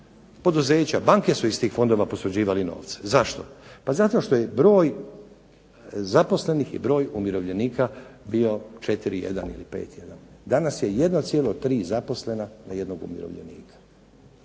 banke iz tih fondova posuđivali novce. Zašto? Pa zato što je broj zaposlenih i broj umirovljenika bio četiri jedan ili pet jedan. Danas je 1,3 zaposlena na jednog umirovljenika.